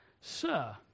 sir